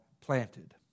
planted